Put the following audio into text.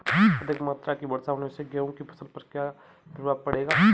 अधिक मात्रा की वर्षा होने से गेहूँ की फसल पर क्या प्रभाव पड़ेगा?